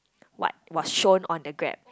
what was shown on the Grab